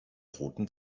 roten